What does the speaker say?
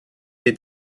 est